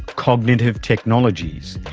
cognitive technologies,